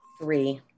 Three